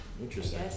Interesting